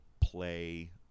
play